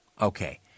Okay